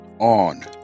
on